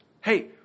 Hey